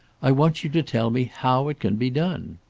i want you to tell me how it can be done.